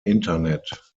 internet